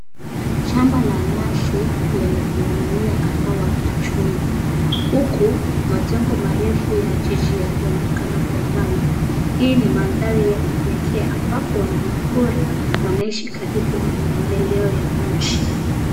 Shamba la nyasi lenye pundamilia kadhaa wakichunga, huku majengo marefu ya jiji yakionekana kwa mbali. Hii ni mandhari ya kipekee ambapo wanyama pori wanaishi karibu na maendeleo ya mji.